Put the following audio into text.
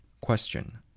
Question